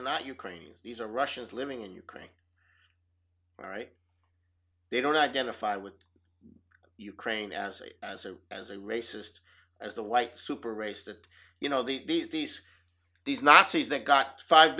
are not ukrainians these are russians living in ukraine right they don't identify with ukraine as a as a as a racist as the white super race that you know these these nazis that got five